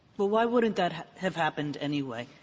well, why wouldn't that have happened anyway?